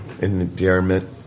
endearment